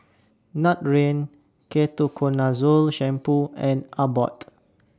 Nutren Ketoconazole Shampoo and Abbott